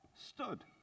stood